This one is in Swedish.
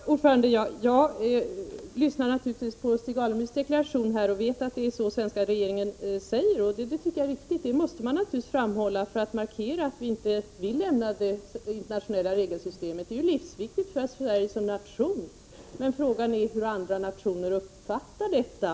Herr talman! Jag lyssnar naturligtvis på Stig Alemyrs deklaration och vet att det är den som den svenska regeringen för fram. Det är rätt av regeringen att markera att vi inte vill lämna det internationella regelsystemet, eftersom det är livsviktigt för Sverige som nation. Men frågan är hur andra nationer uppfattar detta.